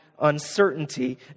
uncertainty